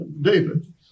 David